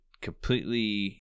completely